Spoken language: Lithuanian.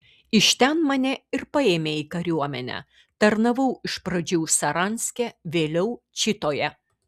iš ten mane ir paėmė į kariuomenę tarnavau iš pradžių saranske vėliau čitoje